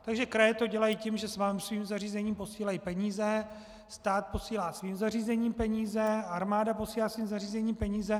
Takže kraje to dělají tak, že svým zařízení posílají peníze, stát posílá svým zařízením peníze, armáda posílá svým zařízením peníze.